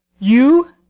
you?